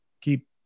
keep